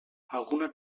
alguna